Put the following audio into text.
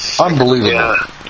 Unbelievable